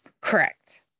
Correct